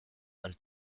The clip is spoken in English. and